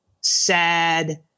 sad